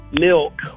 milk